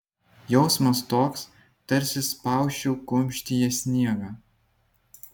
jausmas toks tarsi spausčiau kumštyje sniegą